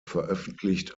veröffentlicht